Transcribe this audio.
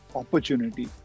opportunity